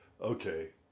okay